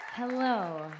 Hello